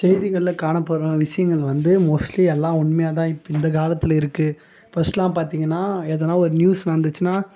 செய்திகள்ல காணப்படுற விஷயங்கள் வந்து மோஸ்டலி எல்லாம் உண்மையாக தான் இப்போ இந்த காலத்தில் இருக்குது ஃபஸ்ட்டுலாம் பார்த்தீங்கன்னா எதனால் ஒரு நியூஸ் வந்துச்சின்னால்